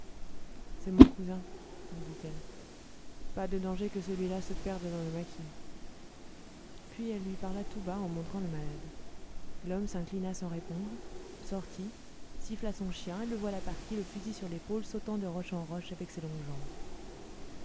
c'est mon cousin nous dit-elle pas de danger que celui-là se perde dans le maquis puis elle lui parla tout bas en montrant le malade l'homme s'inclina sans répondre sortit siffla son chien et le voilà parti le fusil sur l'épaule sautant de roche en roche avec ses longues jambes